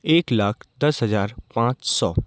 एक लाख दस हज़ार पाँच सौ